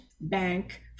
Bank